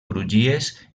crugies